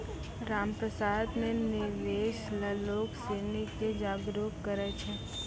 रामप्रसाद ने निवेश ल लोग सिनी के जागरूक करय छै